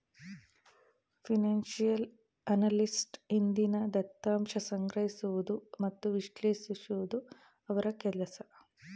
financial analyst ಹಿಂದಿನ ದತ್ತಾಂಶ ಸಂಗ್ರಹಿಸುವುದು ಮತ್ತು ವಿಶ್ಲೇಷಿಸುವುದು ಅವರ ಕೆಲಸ